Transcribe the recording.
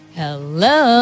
hello